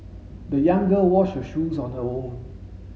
the young girl washed her shoes on her own